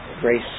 grace